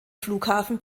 flughafen